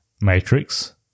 Matrix